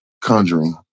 conjuring